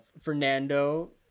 fernando